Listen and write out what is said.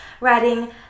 writing